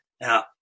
Now